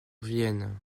vienne